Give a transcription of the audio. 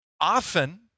often